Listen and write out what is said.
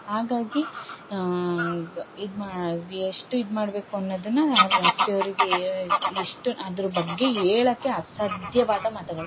ಹಾಗಾಗಿ ಇದ್ಮಾ ಎಷ್ಟು ಇದು ಮಾಡ್ಬೇಕು ಅನ್ನೋದನ್ನ ರಸ್ತೆಯವರಿಗೆ ಎಷ್ಟು ಅದ್ರ ಬಗ್ಗೆ ಹೇಳಕೆ ಅಸಾಧ್ಯವಾದ ಮಾತುಗಳು